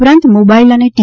ઉપરાંત મોબાઇલ અને ટી